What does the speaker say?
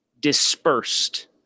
dispersed